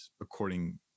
according